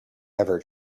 ever